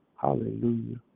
Hallelujah